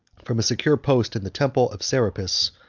from a secure post in the temple of serapis,